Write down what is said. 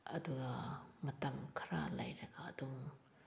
ꯑꯗꯨꯒ ꯃꯇꯝ ꯈꯔ ꯂꯩꯔꯒ ꯑꯗꯨꯝ